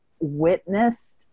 witnessed